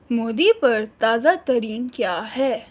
مودی پر تازہ ترین کیا ہے